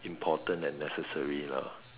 important and necessary lah